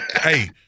hey